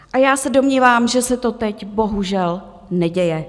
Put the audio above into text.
A já se domnívám, že se to teď bohužel neděje.